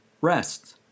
rests